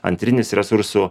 antrinis resursų